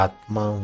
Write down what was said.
Atma